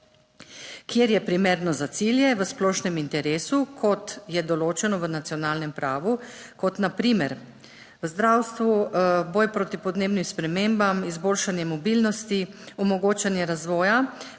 kjer je primerno za cilje v splošnem interesu, kot je določeno v nacionalnem pravu, kot na primer v zdravstvu, boj proti podnebnim spremembam, izboljšanje mobilnosti, omogočanje razvoja,